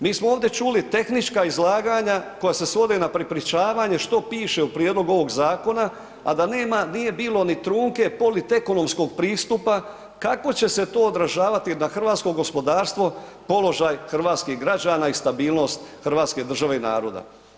Mi smo ovdje čuli tehnička izlaganja koja se svode na prepričavanje što piše u prijedlogu ovoga zakona a da nema, nije bilo ni trunke politekonomskog pristupa kako će se to odražavati na hrvatsko gospodarstvo, položaj hrvatskih građana i stabilnost hrvatske države i naroda.